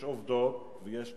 יש עובדות ויש תוכניות,